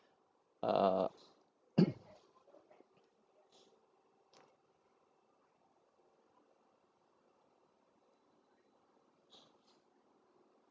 uh